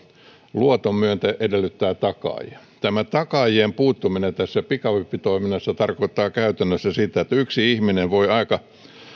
luotonmyöntäjä edellyttää takaajia tämä takaajien puuttuminen tässä pikavippitoiminnassa tarkoittaa käytännössä sitä että yksi ihminen voi aika